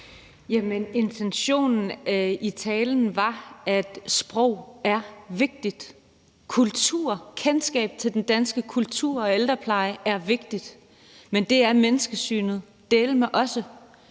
Intentionen i talen var, at sprog er vigtigt, at kultur er vigtigt, og at kendskab til den danske kultur og ældrepleje er vigtigt, men at det er menneskesynet dæleme også.